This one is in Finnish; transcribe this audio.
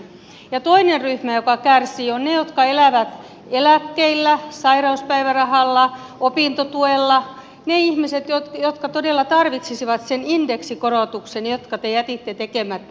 ja toinen ryhmä joka kärsii ovat ne jotka elävät eläkkeillä sairauspäivärahalla opintotuella ne ihmiset jotka todella tarvitsisivat sen indeksikorotuksen jonka te jätitte tekemättä